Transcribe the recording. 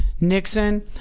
Nixon